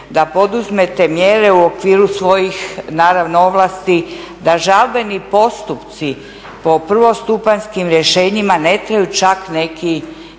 da poduzmete mjere u okviru svojih naravno ovlasti da žalbeni postupci po prvostupanjskim rješenjima ne traju čak neki